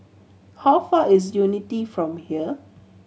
how far is Unity from here